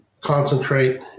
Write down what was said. concentrate